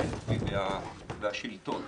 בן-צבי והשלטון.